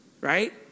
Right